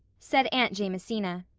said aunt jamesina.